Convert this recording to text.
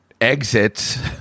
exits